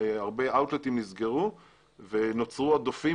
הרבה אאוט-לטים נסגרו ונוצרו עודפים